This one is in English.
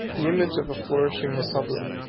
the image of a flourishing republic.